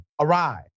arrive